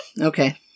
Okay